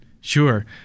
Sure